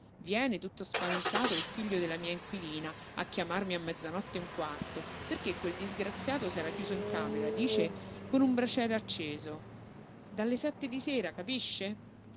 viene tutto spaventato il figlio della mia inquilina a chiamarmi a mezzanotte e un quarto perché quel disgraziato s'era chiuso in camera dice con un braciere acceso dalle sette di sera capisce